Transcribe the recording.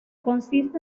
consiste